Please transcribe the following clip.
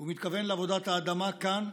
הוא מתכוון לעבודת האדמה כאן,